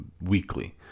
weekly